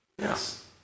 Yes